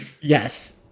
Yes